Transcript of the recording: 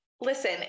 Listen